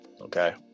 Okay